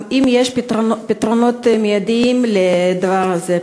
האם יש פתרונות מידיים לדבר הזה?